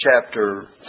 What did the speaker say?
chapter